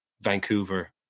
Vancouver